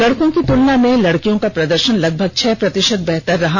लड़कों की तुलना में लड़कियों का प्रदर्शन लगभग छह प्रतिशत बेहतर रहा